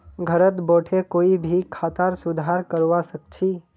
घरत बोठे कोई भी खातार सुधार करवा सख छि